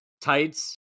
tights